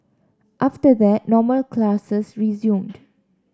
after that normal classes resumed